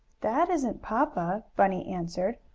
that isn't papa, bunny answered,